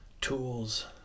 tools